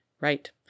Right